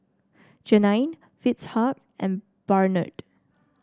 Janine Fitzhugh and Barnard